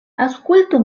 aŭskultu